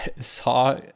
saw